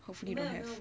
hopefully don't have